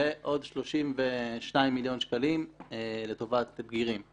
ועוד 32 מיליון שקלים לטובת בגירים.